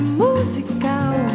musical